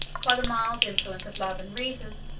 by the mild influence of love and reason,